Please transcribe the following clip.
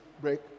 break